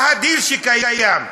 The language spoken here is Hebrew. מה הדיל שקיים?